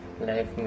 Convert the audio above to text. life